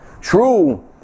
true